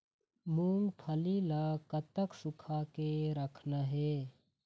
मूंगफली ला कतक सूखा के रखना हे?